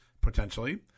potentially